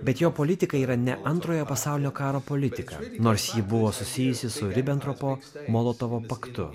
bet jo politika yra ne antrojo pasaulinio karo politika nors ji buvo susijusi su ribentropo molotovo paktu